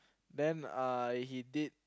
then uh he did